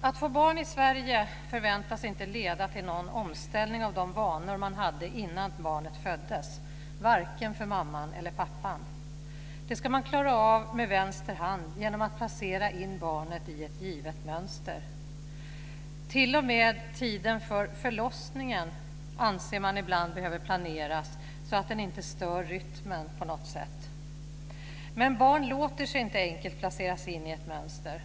Att få barn i Sverige förväntas inte leda till någon omställning av de vanor man hade innan barnet föddes, varken för mamman eller för pappan. Det ska man klara av med vänster hand genom att placera in barnet i ett givet mönster. T.o.m. tiden för förlossningen anser man ibland behöver planeras så att den inte stör rytmen på något sätt. Men barn låter sig inte enkelt placeras in i ett mönster.